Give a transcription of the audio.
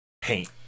paint